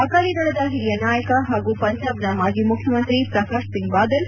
ಅಕಾಲಿ ದಳದ ಹಿರಿಯ ನಾಯಕ ಹಾಗೂ ಪಂಜಾಬ್ನ ಮಾಜಿ ಮುಖ್ಯಮಂತಿ ಪ್ರಕಾಶ್ ಸಿಂಗ್ ಬಾದಲ್